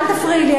אל תפריעי לי,